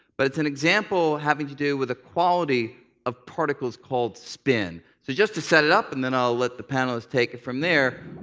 but it's an example having to do with a quality of particles called spin. so just to set it up and then i'll let the panelists take it from there.